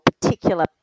particular